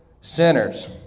sinners